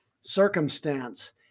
circumstance